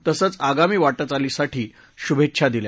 तसंच आगामी वाटचालीसाठी शुभेच्छा दिल्या